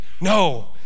No